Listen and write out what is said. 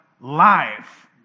life